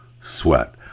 sweat